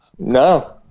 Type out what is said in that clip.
No